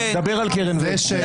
אגב אדוני היושב-ראש,